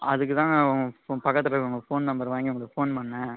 அதுக்குத் தான் பக்கத்தில் உங்கள் ஃபோன் நம்பர் வாங்கி உங்களுக்கு ஃபோன் பண்ணிணேன்